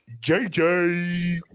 JJ